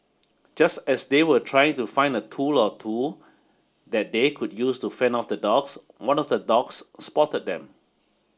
just as they were trying to find a tool or two that they could use to fend off the dogs one of the dogs spotted them